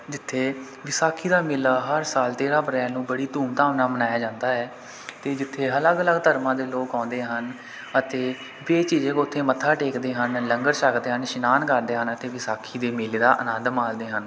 ਜਿੱਥੇ ਵਿਸਾਖੀ ਦਾ ਮੇਲਾ ਹਰ ਸਾਲ ਤੇਰ੍ਹਾਂ ਅਪ੍ਰੈਲ ਨੂੰ ਬੜੀ ਧੂਮ ਧਾਮ ਨਾਲ ਮਨਾਇਆ ਜਾਂਦਾ ਹੈ ਅਤੇ ਜਿੱਥੇ ਅਲੱਗ ਅਲੱਗ ਧਰਮਾਂ ਦੇ ਲੋਕ ਆਉਂਦੇ ਹਨ ਅਤੇ ਬੇਝਿਜਕ ਉੱਥੇ ਮੱਥਾ ਟੇਕਦੇ ਹਨ ਲੰਗਰ ਛੱਕਦੇ ਹਨ ਇਸ਼ਨਾਨ ਕਰਦੇ ਹਨ ਅਤੇ ਵਿਸਾਖੀ ਦੇ ਮੇਲੇ ਦਾ ਆਨੰਦ ਮਾਣਦੇ ਹਨ